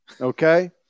Okay